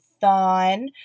THON